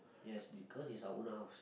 yes we cause it's our own house